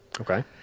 Okay